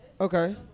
Okay